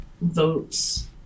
votes